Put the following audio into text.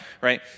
right